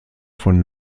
von